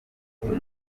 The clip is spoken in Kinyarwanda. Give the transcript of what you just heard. bafite